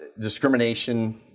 discrimination